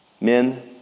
Men